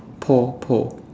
Paul Paul